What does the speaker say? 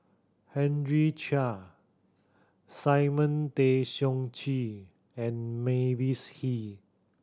Henry Chia Simon Tay Seong Chee and Mavis Hee